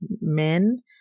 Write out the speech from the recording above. men